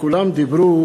שכולם דיברו